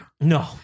No